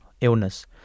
illness